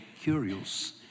curious